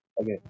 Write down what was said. Okay